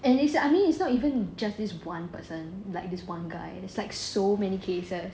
and it's like I mean it's not even just this one person